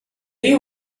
you